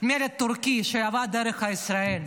מלט טורקי שעבר דרך ישראל.